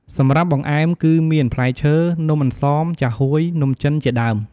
សម្រាប់បង្អែមគឺមាន ផ្លែឈើ នំអន្សូម ចាហ៊ួយ នំចិនជាដើម។